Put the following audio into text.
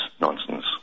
nonsense